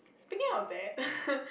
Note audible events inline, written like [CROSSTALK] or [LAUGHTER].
speaking of that [LAUGHS]